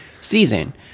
season